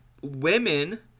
women